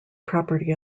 property